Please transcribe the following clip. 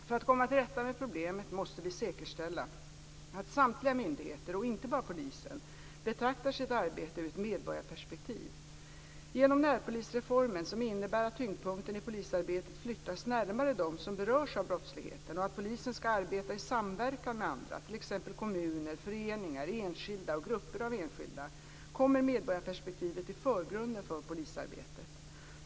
För att komma till rätta med problemet måste vi säkerställa att samtliga myndigheter, och inte bara polisen, betraktar sitt arbete ur ett medborgarperspektiv. Genom närpolisreformen - som innebär att tyngdpunkten i polisarbetet flyttas närmare dem som berörs av brottsligheten och att polisen skall arbeta i samverkan med andra, t.ex. kommuner, föreningar, enskilda och grupper av enskilda - kommer medborgarperspektivet i förgrunden för polisarbetet.